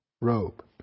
robe